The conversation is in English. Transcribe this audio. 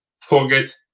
Forget